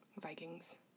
Vikings